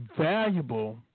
valuable